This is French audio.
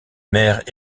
mer